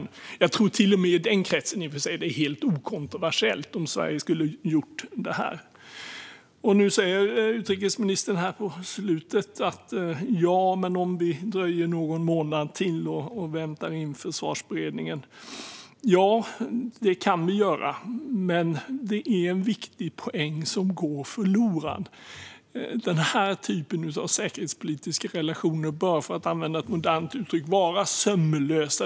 Jag tror i och för sig att det till och med i den kretsen skulle ha varit helt okontroversiellt om Sverige skulle ha gjort det här. Utrikesministern säger på slutet att vi kan dröja någon månad till och vänta in Försvarsberedningen. Ja, det kan vi göra. Men en viktig poäng går förlorad. Den här typen av säkerhetspolitiska relationer bör, för att använda ett modernt uttryck, vara sömlösa.